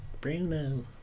Bruno